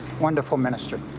wonderful minister.